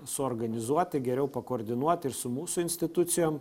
suorganizuoti geriau pakoordinuoti ir su mūsų institucijom